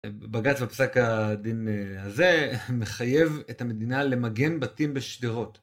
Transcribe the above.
בג״ץ בפסק הדין הזה מחייב את המדינה למגן בתים בשדרות.